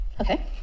Okay